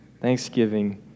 thanksgiving